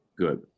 Good